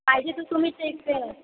पाहिजे तर तुम्ही चेक करा